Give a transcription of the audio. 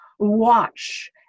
watch